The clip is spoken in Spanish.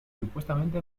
supuestamente